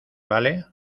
vale